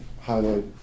highlight